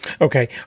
Okay